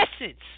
essence